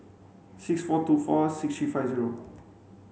six four two four six three five zero